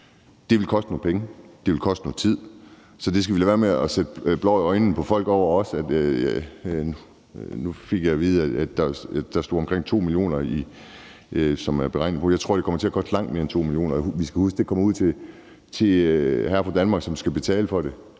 Det vil koste nogle penge, og det vil koste noget tid, så vi skal lade være med at stikke folk blår i øjnene. Nu fik jeg at vide, at der står omkring 2 mio. kr., som er sat af til det. Jeg tror, at det kommer til at koste langt mere end 2 mio. kr. Vi skal huske, at det er hr. og fru Danmark, som skal betale for det.